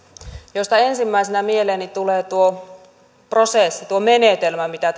joista ensimmäisenä mieleeni tulee tuo prosessi tuo menetelmä mitä